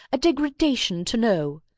a degradation to know,